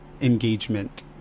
engagement